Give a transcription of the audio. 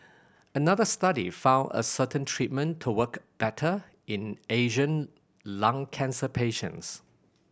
another study found a certain treatment to work better in Asian lung cancer patients